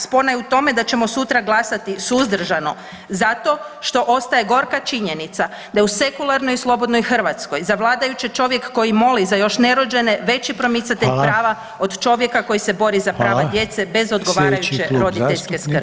Spona je u tome da ćemo sutra glasati suzdržano zato što ostaje gorka činjenica da u sekularnoj i u slobodnoj Hrvatskoj za vladajuće čovjek koji moli za još nerođene veći promicatelj prava [[Upadica: Hvala.]] od čovjeka koji se bori za prava djece bez odgovarajuće roditeljske skrbi.